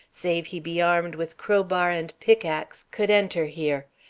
save he be armed with crowbar and pickaxe, could enter here,